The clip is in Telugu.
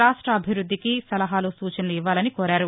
రాష్ట్రాభివృద్దికి సలహాలు సూచనలు ఇవ్వాలని కోరారు